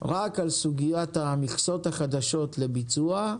רק על סוגיית המכסות החדשות לביצוע,